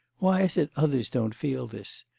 why is it others don't feel this?